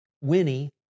Winnie